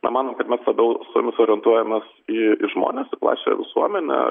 na manom kad mes labiau su jomis orientuojamas į žmones į plačiąją visuomenę